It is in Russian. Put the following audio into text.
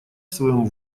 своем